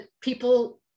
people